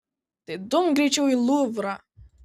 tai dumk greičiau į luvrą